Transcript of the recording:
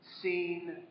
seen